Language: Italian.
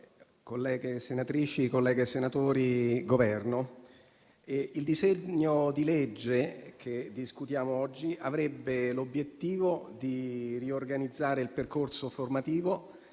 colleghi senatori, rappresentanti del Governo, il disegno di legge che discutiamo oggi avrebbe l'obiettivo di riorganizzare il percorso formativo